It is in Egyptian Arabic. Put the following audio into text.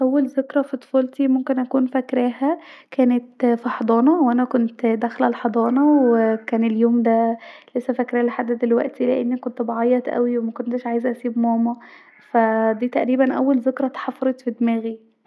اول ذكري في طفولتي ممكن اكون فاكرها كانت في حضانه وانا كنت داخله الحضانه وكان اليوم ده لسا فاكراه لحد دلوقتي لأني كنت بعيط اوي ومكنتش عايزه اسيب ماما ف دي تقريباً اول ذكري اتحفرت في دماغي